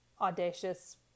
audacious